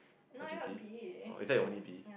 for G_P is that your only B